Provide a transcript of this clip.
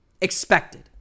expected